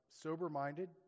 sober-minded